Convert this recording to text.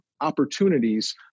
opportunities